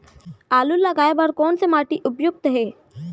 आलू लगाय बर कोन से माटी उपयुक्त हे?